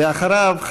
ואחריו,